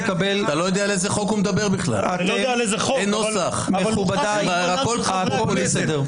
אין נוסח בכלל.